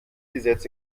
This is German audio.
gesetz